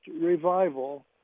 revival